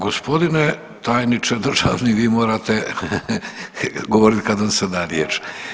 Gospodine tajniče državni vi morate govoriti kad vam se da riječ.